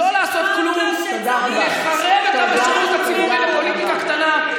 ולא לעשות כלום: לחרב את השירות הציבורי בפוליטיקה קטנה,